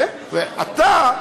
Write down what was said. כן, ואתה,